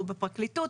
הוא בפרקליטות,